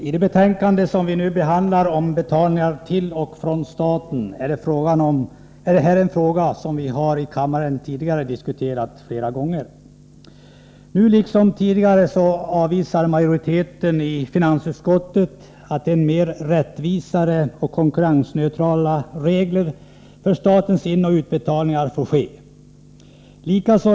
Herr talman! I betänkandet om betalningar till och från staten behandlas frågor som vi har diskuterat flera gånger tidigare här i kammaren. Nu liksom tidigare avvisar majoriteten i finansutskottet förslagen om att mer rättvisa och konkurrensneutrala regler för statens inoch utbetalningar skall införas.